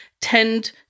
tend